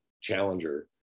challenger